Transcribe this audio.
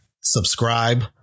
Subscribe